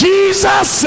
Jesus